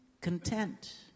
content